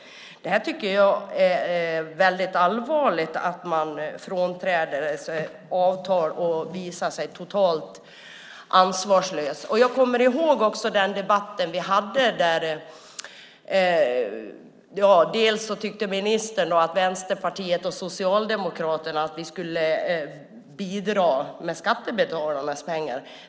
Jag tycker att det är väldigt allvarligt att man frånträder avtal och visar sig totalt ansvarslös. Jag kommer ihåg den debatt som vi hade. Då sade ministern att Vänsterpartiet och Socialdemokraterna tyckte att man skulle bidra med skattebetalarnas pengar.